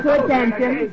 attention